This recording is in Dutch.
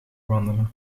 wandelen